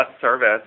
service